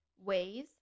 Ways